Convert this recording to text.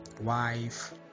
wife